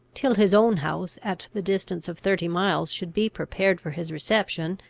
till his own house at the distance of thirty miles should be prepared for his reception,